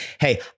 hey